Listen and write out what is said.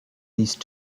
these